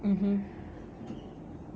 mmhmm